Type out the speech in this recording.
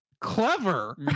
clever